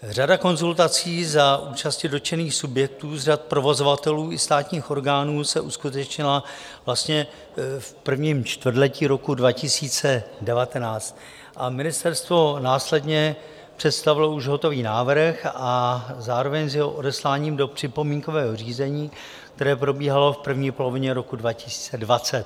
Řada konzultací za účasti dotčených subjektů z řad provozovatelů i státních orgánů se uskutečnila v prvním čtvrtletí roku 2019 a ministerstvo následně představilo už hotový návrh zároveň s jeho odesláním do připomínkového řízení, které probíhalo v první polovině roku 2020.